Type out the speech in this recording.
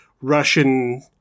Russian